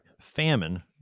famine